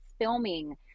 filming –